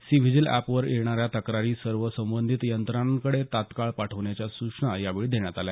C vigil अॅपवर येणाऱ्या तक्रारी सर्व संबंधित यंत्रणाकडे तत्काळ पाठवण्याच्या सूचना यावेळी देण्यात आल्या